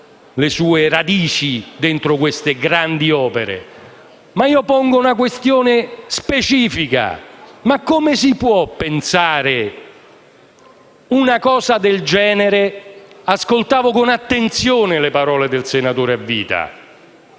le sue radici in queste grandi opere. Ma io pongo una questione specifica: come si può pensare una cosa del genere? Ascoltavo con attenzione le parole del senatore a vita